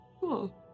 Cool